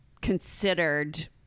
considered